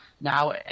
Now